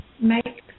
make